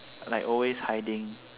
like always hiding